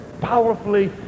powerfully